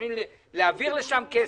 מתכוונים להעביר לשם כסף,